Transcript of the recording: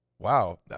Wow